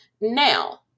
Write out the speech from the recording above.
Now